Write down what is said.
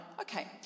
okay